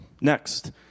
Next